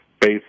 based